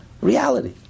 Reality